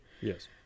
Yes